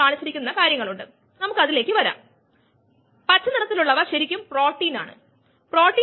സ്ഥിരമല്ലാത്ത സ്വഭാവം വ്യത്യസ്തമായ ബോൾട്ട് നിർമ്മാണ സമയം എഞ്ചിൻ നിർമ്മാണത്തിന്റെ കൈനെറ്റിക്സിനെ ബാധിക്കില്ല